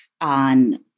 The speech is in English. on